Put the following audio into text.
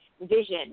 vision